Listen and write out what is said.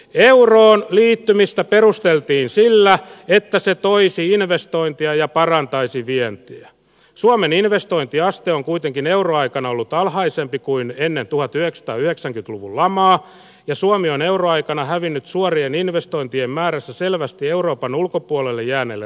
euroon liittymistä perusteltiin sillä että se toisi investointia ja parantaisi vientiä suomen investointiaste on kuitenkin euroaikana ollut alhaisempi kuin ennen tuhotyötsta yheksankytluvulla maa ja suomi on euroaikana hävinnyt suorien investointien määrässä selvästi euroopan ulkopuolelle jääneille